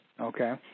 Okay